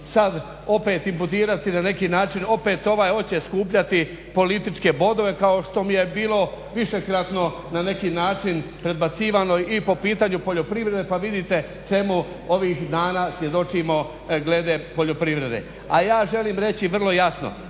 sad opet imputirati na neki način, opet ovaj hoće skupljati političke bodove kao što mi je bilo višekratno na neki način predbacivano i po pitanju poljoprivrede. Pa vidite čemu ovih dana svjedočimo glede poljoprivrede. A ja želim reći vrlo jasno,